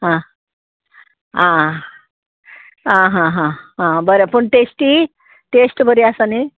आं आं आं आं हा हा आं बरें पूण टेस्टी टेस्ट बरी आसा न्ही